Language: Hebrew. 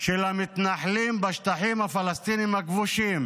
של המתנחלים בשטחים הפלסטינים הכבושים,